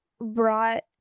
brought